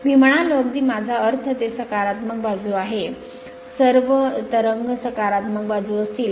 मी म्हणालो अगदी माझा अर्थ ते सकारात्मक बाजू आहे सर्व तरंग सकारात्मक बाजू असतील